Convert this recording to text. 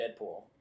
Deadpool